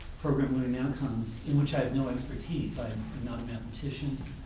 program learning outcomes in which i have no expertise. i'm not a mathematician.